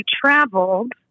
traveled